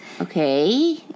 Okay